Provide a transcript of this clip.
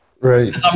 Right